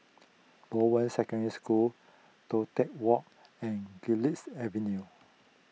Bowen Secondary School Toh Tuck Walk and Garlick Avenue